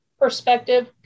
perspective